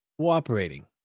cooperating